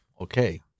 okay